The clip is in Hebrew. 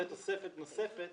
ותוספת נוספת